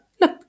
look